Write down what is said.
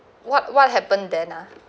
what what happen then ah